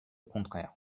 contraire